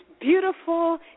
beautiful